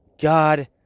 God